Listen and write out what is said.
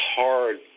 hard